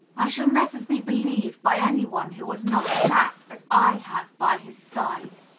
i shall never be believed by any one who has not sat as i have by his side.